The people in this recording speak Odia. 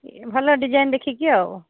ଭଲ ଡିଜାଇନ୍ ଦେଖିକି ଆଉ